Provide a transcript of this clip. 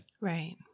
Right